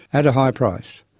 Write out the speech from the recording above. at a high price.